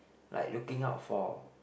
like looking out for